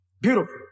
Beautiful